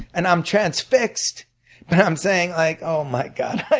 and i'm transfixed but i'm saying like oh, my god, but